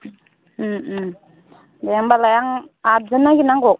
दे होमब्लालाय आं आठजन नागिरनांगौ